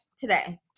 Today